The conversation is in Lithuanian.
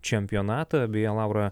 čempionatą beje laura